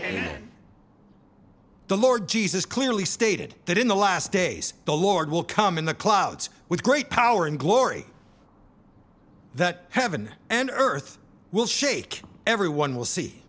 then the lord jesus clearly stated that in the last days the lord will come in the clouds with great power and glory that heaven and earth will shake everyone will see